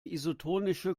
isotonische